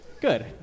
Good